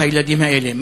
את הילדים האלה?